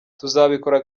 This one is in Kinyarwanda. tuzabikora